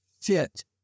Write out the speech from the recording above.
fit